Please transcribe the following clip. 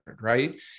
right